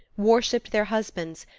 worshiped their husbands,